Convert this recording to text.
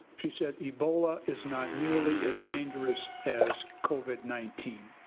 she said ebola is not nearly as dangerous as covid nineteen.